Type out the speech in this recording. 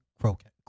Croquet